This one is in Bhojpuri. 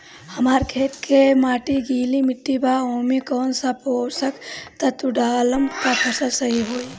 हमार खेत के माटी गीली मिट्टी बा ओमे कौन सा पोशक तत्व डालम त फसल सही होई?